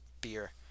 Beer